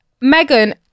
megan